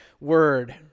word